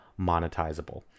monetizable